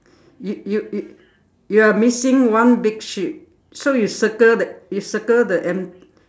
you you you you are missing one big sheep so you circle that you circle the emp~